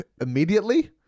immediately